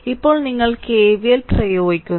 ഇപ്പോൾ നിങ്ങൾ കെവിഎൽ പ്രയോഗിക്കുന്നു